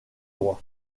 droit